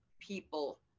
people